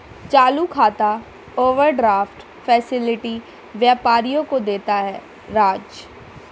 चालू खाता overdraft facility व्यापारियों को देता है राज